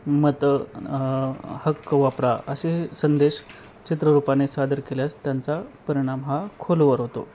मत हक्क वापरा असे संदेश चित्ररूपाने सादर केल्यास त्यांचा परिणाम हा खोलवर होतो